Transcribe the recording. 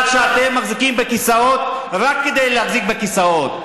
העיקר שאתם מחזיקים בכיסאות רק כדי להחזיק בכיסאות.